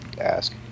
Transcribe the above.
ask